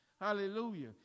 hallelujah